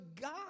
God